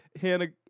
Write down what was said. Hannah